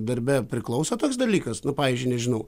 darbe priklauso toks dalykas nu pavyzdžiui nežinau